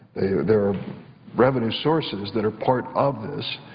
there are revenue sources that are part of this.